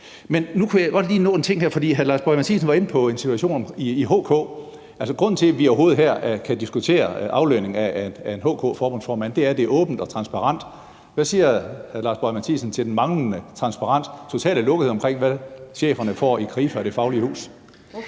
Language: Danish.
Men nu kan jeg godt lige nå en ting her. For hr. Lars Boje Mathiesen var inde på en situation i HK. Grunden til, at vi overhovedet her kan diskutere aflønning af en HK-forbundsformand, er, at det er åbent og transparent. Hvad siger hr. Lars Boje Mathiesen til den manglende transparens, den totale lukkethed om, hvad cheferne får i Krifa og Det Faglige Hus?